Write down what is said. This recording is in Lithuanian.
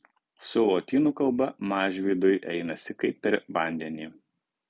su lotynų kalba mažvydui einasi kaip per vandenį